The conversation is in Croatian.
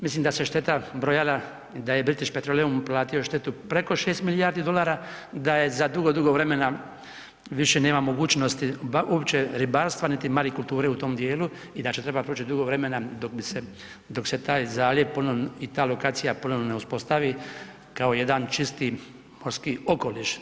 Mislim da se šteta brojala i da je British Petroleum platio štetu preko šest milijardi dolara, da za dugo, dugo vremena više nema mogućnosti uopće ribarstva niti marikulture u tom dijelu i da će trebati proći dugo vremena dok se taj zaljev i ta lokacija ponovno ne uspostavi kao jedan čisti morski okoliš.